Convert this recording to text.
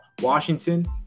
Washington